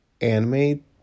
anime